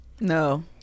no